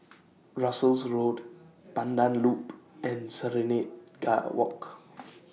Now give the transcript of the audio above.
Russels Road Pandan Loop and Serenade Guide A Walk